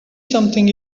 something